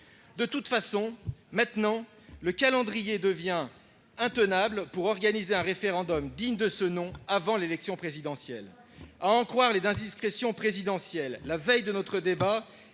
De toute façon, maintenant, le calendrier devient intenable : il sera impossible d'organiser un référendum digne de ce nom avant l'élection présidentielle. À en croire les indiscrétions, la veille de notre débat,